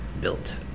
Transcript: built